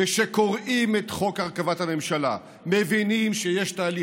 וכשקוראים את חוק הרכבת הממשלה מבינים שיש תהליך,